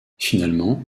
finalement